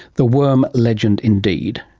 the worm legend indeed.